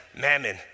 mammon